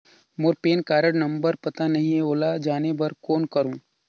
मोर PAN card number पता नहीं है, ओला जाने बर कौन करो?